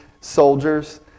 soldiers